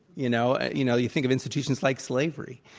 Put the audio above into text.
you know? you know, you think of institutions like slavery.